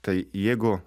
tai jeigu